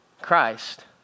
Christ